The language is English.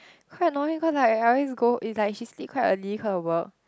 quite annoying cause I I always go is like she sleep quite early cause of work